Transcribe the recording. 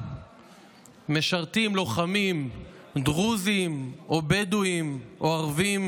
לרעה משרתים לוחמים דרוזים או בדואים או ערבים,